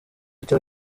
cyo